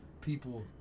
people